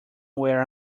where